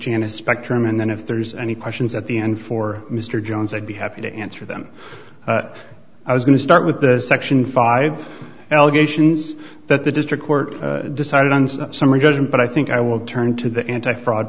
janice spectrum and then if there's any questions at the end for mr jones i'd be happy to answer them i was going to start with the section five allegations that the district court decided on summary judgment but i think i will turn to the anti fraud